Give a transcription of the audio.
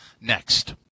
next